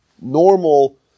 normal